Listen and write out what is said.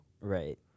right